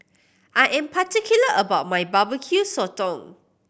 I am particular about my Barbecue Sotong